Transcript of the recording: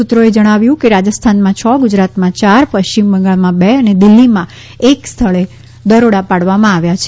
સૂત્રોએ જણાવ્યું કે રાજસ્થાનમાં છ ગુજરાતમાં ચાર પશ્ચિમ બંગાળમાં બે અને દિલ્હીમાં એક સ્થળે દરોડા પાડવામાં આવ્યા છે